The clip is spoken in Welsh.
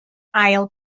ail